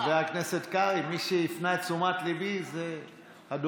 חבר הכנסת קרעי, מי שהפנה את תשומת ליבי זה הדובר.